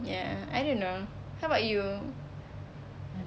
ya I don't know how about you